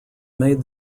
made